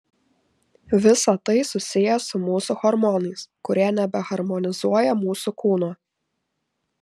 visa tai susiję su mūsų hormonais kurie nebeharmonizuoja mūsų kūno